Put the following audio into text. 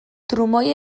trumoi